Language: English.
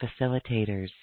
facilitators